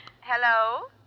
Hello